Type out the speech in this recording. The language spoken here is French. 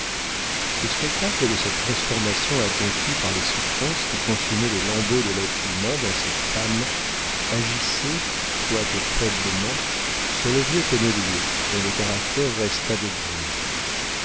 le spectacle de cette transformation accomplie par les souffrances qui consumaient les lambeaux de l'être humain dans cette femme agissait quoique faiblement sur le vieux tonnelier dont le caractère resta de bronze